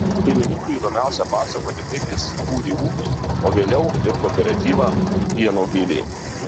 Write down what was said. šeimininkui įdomiausia pasakoti kaip jis kūrė ūkį o vėliau ir kooperatyvą pieno gėlė